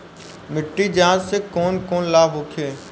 मिट्टी जाँच से कौन कौनलाभ होखे?